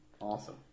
Awesome